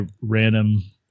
random